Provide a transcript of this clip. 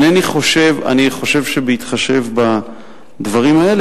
אני חושב שבהתחשב בדברים האלה,